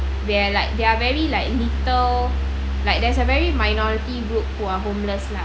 they're like they're very like little like there's a very minority group who are homeless lah